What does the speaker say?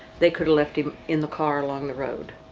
they could've left him in the car along the road.